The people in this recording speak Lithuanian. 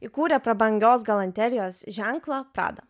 įkūrė prabangios galanterijos ženklą prada